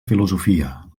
filosofia